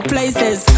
Places